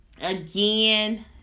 again